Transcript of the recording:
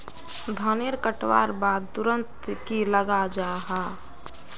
धानेर कटवार बाद तुरंत की लगा जाहा जाहा?